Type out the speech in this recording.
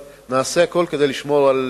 אבל נעשה הכול כדי לשמור על